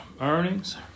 earnings